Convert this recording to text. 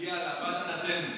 מגיע לה, יפה.